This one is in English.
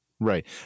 Right